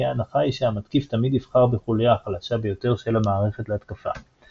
כי ההנחה היא שהמתקיף תמיד יבחר בחוליה החלשה ביותר של המערכת להתקפה.